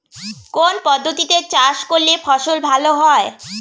কোন পদ্ধতিতে চাষ করলে ফসল ভালো হয়?